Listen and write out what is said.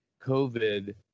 COVID